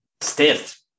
stiff